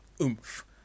oomph